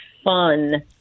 fun